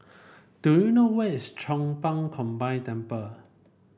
do you know where is Chong Pang Combine Temple